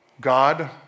God